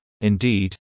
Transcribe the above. indeed